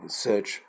search